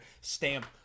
stamp